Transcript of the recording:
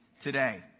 today